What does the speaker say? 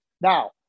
Now